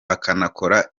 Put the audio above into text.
akanakora